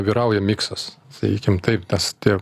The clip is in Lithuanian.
vyrauja miksas sakykim taip tas tie